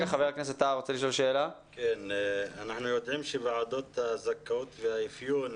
אנחנו יודעים שוועדות הזכאות והאפיון